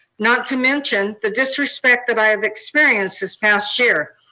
not to mention the disrespect that i have experienced this past year.